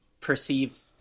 perceived